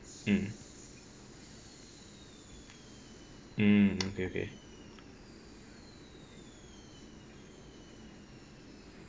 mm mm okay okay